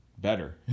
better